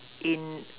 in